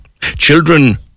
children